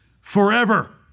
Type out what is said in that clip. forever